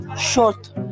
short